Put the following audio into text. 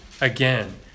again